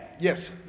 Yes